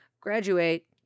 graduate